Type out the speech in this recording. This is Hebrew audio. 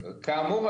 כאמור,